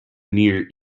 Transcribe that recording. near